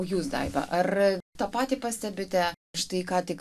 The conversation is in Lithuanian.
o jūs daiva ar tą patį pastebite štai ką tik